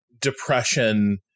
Depression